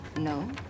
No